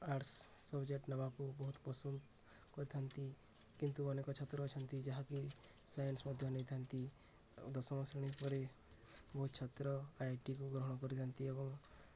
arts subject ନେବାକୁ ବହୁତ ପସନ୍ଦ କରିଥାନ୍ତି କିନ୍ତୁ ଅନେକ ଛାତ୍ର ଅଛନ୍ତି ଯାହାକି ସାଇନ୍ସ ମଧ୍ୟ ନେଇଥାନ୍ତି ଦଶମ ଶ୍ରେଣୀ ପରେ ବହୁତ ଛାତ୍ର ଆଇଆଇଟିକୁ ଗ୍ରହଣ କରିଥାନ୍ତି ଏବଂ